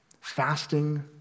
fasting